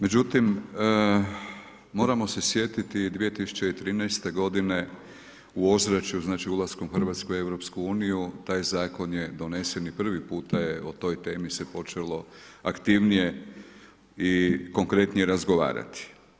Međutim, moramo se sjetiti i 2013. godine u ozračju, znači ulaskom Hrvatske u EU taj zakon je donesen i prvi puta je o toj temi se počelo aktivnije i konkretnije razgovarati.